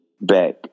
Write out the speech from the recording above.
back